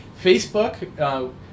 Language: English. Facebook